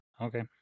Okay